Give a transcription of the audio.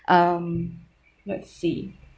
um let's see